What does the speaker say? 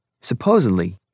Supposedly